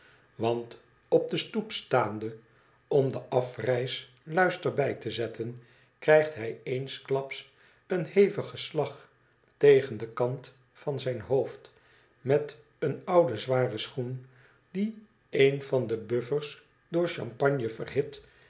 want op de stoep staande om de afreis luister bij te zetten krijgt hij eensklaps een hevigen slag tegen den kant van zijn hoofd met een ouden zwaren schoen dien een van de buffers door champagne verhit